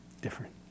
Different